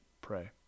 pray